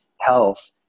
health